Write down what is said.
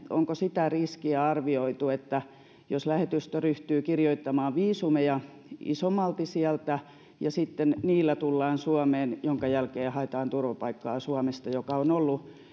onko arvioitu sitä riskiä että jos lähetystö ryhtyy kirjoittamaan viisumeja isommalti sieltä ja sitten niillä tullaan suomeen jonka jälkeen haetaan turvapaikkaa suomesta sehän nyt on ollut